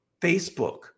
Facebook